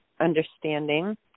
understanding